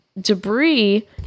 debris